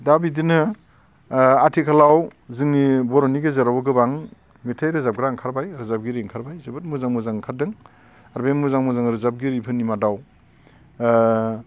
दा बिदिनो ओ आथिखालाव जोंनि बर'नि गेजेराव गोबां मेथाइ रोजाबग्रा ओंखारबाय रोजाबगिरि ओंखारबाय जोबोद मोजां मोजां ओंखारदों आरो बे मोजां मोजां रोजाबगिरिफोरनि मादाव ओ